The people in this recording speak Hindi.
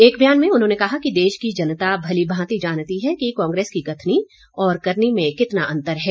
एक बयान में उन्होंने कहा कि देश की जनता भलीभांति जानती है कि कांग्रेस की कथनी और करनी में कितना अंतर है